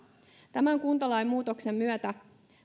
tämän kuntalain muutoksen myötä